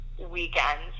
weekends